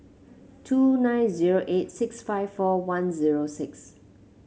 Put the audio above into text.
two nine zero eight six five four one zero six